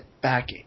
back